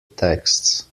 texts